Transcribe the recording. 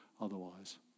otherwise